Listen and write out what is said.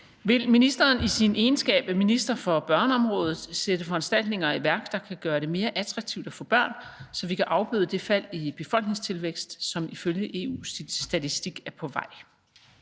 Vil ministeren i sin egenskab af minister for børneområdet sætte foranstaltninger i værk, der kan gøre det mere attraktivt at få børn, så vi kan afbøde det fald i befolkningstilvækst, som ifølge EU-statistik er på vej?